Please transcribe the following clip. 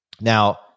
Now